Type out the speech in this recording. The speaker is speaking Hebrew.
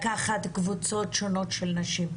לקחת קבוצות שונות של נשים,